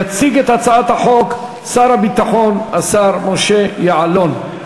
יציג את הצעת החוק שר הביטחון, השר משה יעלון.